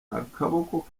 akaboko